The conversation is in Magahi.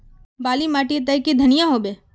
बाली माटी तई की धनिया होबे?